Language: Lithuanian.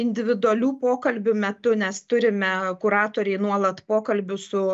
individualių pokalbių metu nes turime kuratoriai nuolat pokalbių su